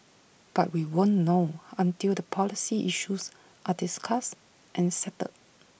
but we won't know until the policy issues are discussed and settled